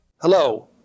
Hello